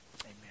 Amen